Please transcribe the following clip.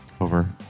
Over